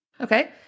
Okay